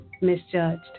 misjudged